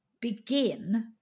begin